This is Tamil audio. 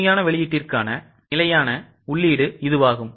உண்மையான வெளியீட்டிற்கான நிலையான உள்ளீடு இதுவாகும்